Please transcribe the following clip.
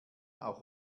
auch